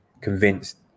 convinced